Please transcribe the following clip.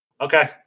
okay